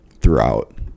throughout